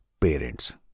Parents